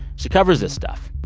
she covers this stuff.